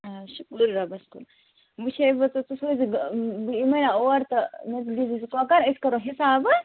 آچھا شکر رۄبَس کُن وُچھے بہٕ تہٕ ژٕ سوٗزِ بہٕ یِمٔے نا اور تہٕ دِیٖزِ کۄکر أسۍ کرو حِسابہٕ